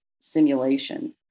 simulation